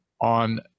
on